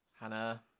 Hannah